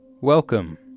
Welcome